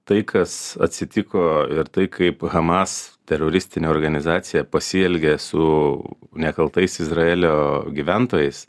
tai kas atsitiko ir tai kaip hamas teroristinė organizacija pasielgė su nekaltais izraelio gyventojais